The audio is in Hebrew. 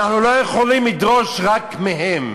אנחנו לא יכולים לדרוש רק מהם.